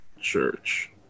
church